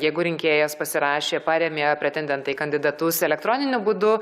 jeigu rinkėjas pasirašė parėmė pretendentą į kandidatus elektroniniu būdu